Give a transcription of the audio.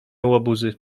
łobuzy